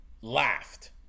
laughed